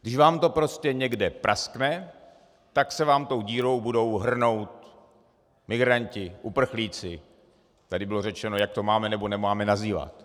Když vám to prostě někde praskne, tak se vám tou dírou budou hrnout migranti, uprchlíci tady bylo řečeno, jak to máme, nebo nemáme nazývat.